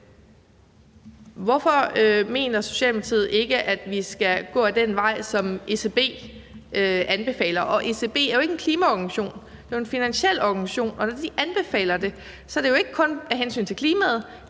Hvorfor mener Socialdemokratiet ikke at vi skal gå ad den vej, som ECB anbefaler? ECB er jo ikke en klimaorganisation, det er jo en finansiel organisation, og når de anbefaler det, er det ikke kun af hensyn til klimaet;